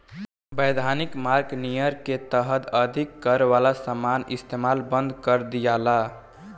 वैधानिक मार्ग नियर के तहत अधिक कर वाला समान के इस्तमाल बंद कर दियाला